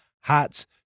hats